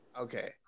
Okay